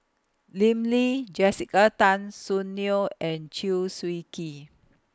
Lim Lee Jessica Tan Soon Neo and Chew Swee Kee